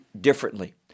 differently